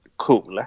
cool